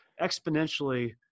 exponentially